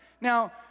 Now